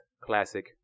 Classic